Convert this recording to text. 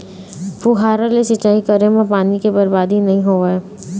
फुहारा ले सिंचई करे म पानी के बरबादी नइ होवय